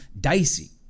dicey